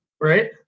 right